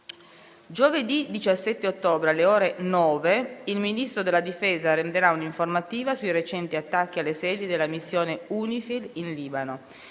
Giovedì 17 ottobre, alle ore 9, il Ministro della difesa renderà un'informativa sui recenti attacchi alle sedi della missione UNIFIL in Libano.